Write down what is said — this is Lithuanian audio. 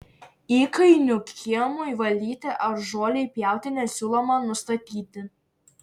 įkainių kiemui valyti ar žolei pjauti nesiūloma nustatyti